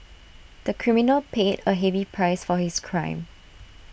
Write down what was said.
the criminal paid A heavy price for his crime